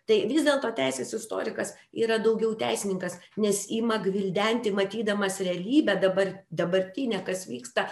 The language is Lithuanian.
tai vis dėlto teisės istorikas yra daugiau teisininkas nes ima gvildenti matydamas realybę dabar dabartinę kas vyksta